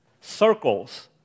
Circles